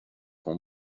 hon